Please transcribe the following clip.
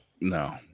No